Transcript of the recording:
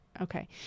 okay